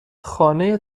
خانه